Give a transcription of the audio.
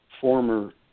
former